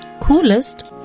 coolest